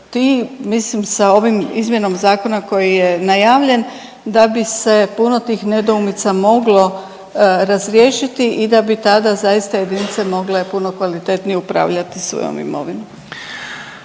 ti mislim sa ovim izmjenom zakona koji je najavljen da bi se puno tih nedoumica moglo razriješiti i da bi tada zaista jedinice mogle puno kvalitetnije upravljati svojom imovinom.